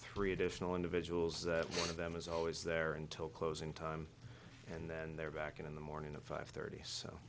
three additional individuals that one of them is always there until closing time and then they're back in the morning at five thirty so